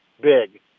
big